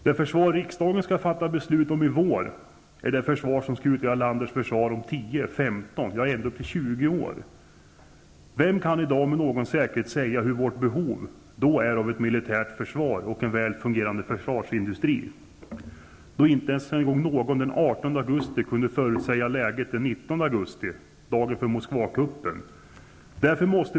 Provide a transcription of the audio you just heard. Det försvar som riksdagen skall fatta beslut om i vår skall utgöra landets försvar om 10, 15, ja, kanske ända upp till 20 år. Vem kan i dag med någon säkerhet säga hur vårt behov av ett militärt försvar och en väl fungerande försvarsindustri då är, när inte någon ens den 18 augusti kunde förutsäga läget den 19 augusti -- dagen för Moskvakuppen?